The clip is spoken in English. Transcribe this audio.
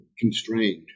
constrained